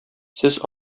сез